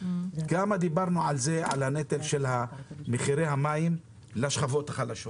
כמה דיברנו על הנטל של מחירי המים לשכבות החלשות.